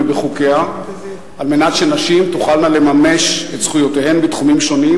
בחוקיה על מנת שנשים תוכלנה לממש את זכויותיהן בתחומים שונים,